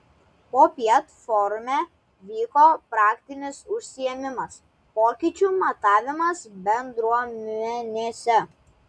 popiet forume vyko praktinis užsiėmimas pokyčių matavimas bendruomenėse